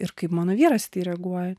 ir kaip mano vyras reaguoja